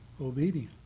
obedient